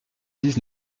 dix